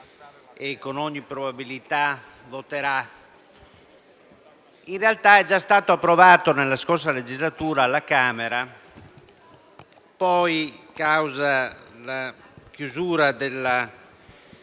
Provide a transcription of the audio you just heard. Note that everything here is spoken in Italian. con ogni probabilità, voterà, in realtà era già stato approvato nella scorsa legislatura alla Camera; poi, a causa della chiusura della